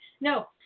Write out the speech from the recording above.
No